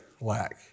lack